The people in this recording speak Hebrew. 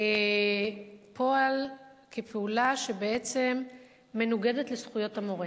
כפעולה שבעצם מנוגדת לזכויות המורה.